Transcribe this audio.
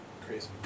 Crazy